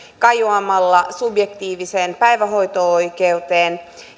kajoamalla subjektiiviseen päivähoito oikeuteen